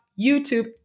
YouTube